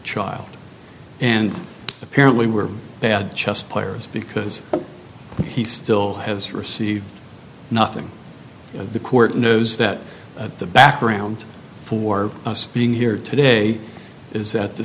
child and apparently were bad chess players because he still has received nothing the court knows that the background for being here today is that the